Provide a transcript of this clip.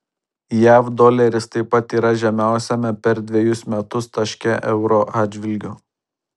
jav doleris taip pat yra žemiausiame per dvejus metus taške euro atžvilgiu